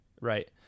Right